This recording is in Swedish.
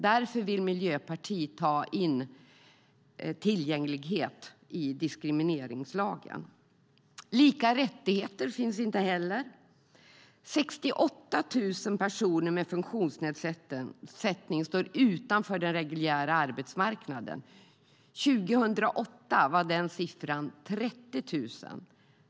Därför vill Miljöpartiet ha in tillgänglighet i diskrimineringslagen. Lika rättigheter finns inte heller. 68 000 personer med funktionsnedsättning står utanför den reguljära arbetsmarknaden. År 2008 var siffran 30 000.